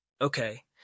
Okay